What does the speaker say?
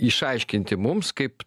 išaiškinti mums kaip